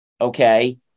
okay